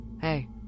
Hey